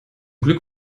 glück